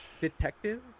detectives